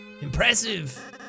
Impressive